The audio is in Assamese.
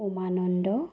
উমানন্দ